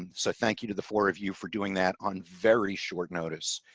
and so thank you to the four of you for doing that on very short notice.